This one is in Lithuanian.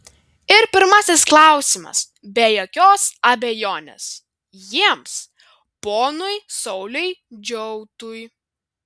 ir pirmasis klausimas be jokios abejonės jiems ponui sauliui džiautui